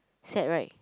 sad right